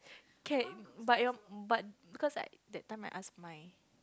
can but your but because like that time I ask my